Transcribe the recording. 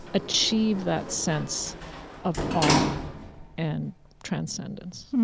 achieve that sense of awe and transcendence?